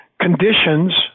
conditions